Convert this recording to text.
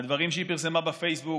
מהדברים שהיא פרסמה בפייסבוק.